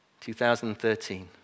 2013